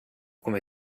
come